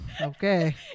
Okay